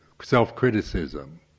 self-criticism